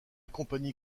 compagnie